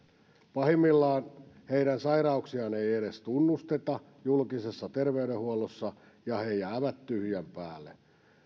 pahimmillaan heidän sairauksiaan ei ei edes tunnusteta julkisessa terveydenhuollossa ja he jäävät tyhjän päälle